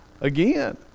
Again